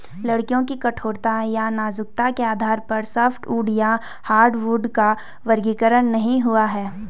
लकड़ियों की कठोरता या नाजुकता के आधार पर सॉफ्टवुड या हार्डवुड का वर्गीकरण नहीं हुआ है